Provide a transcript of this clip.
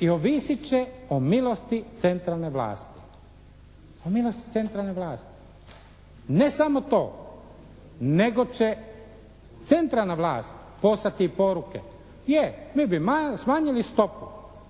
i ovisit će o milosti centralne vlasti. Ne samo to, nego će centralna vlast poslati poruke. Da, mi bi smanjili stopu,